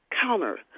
counter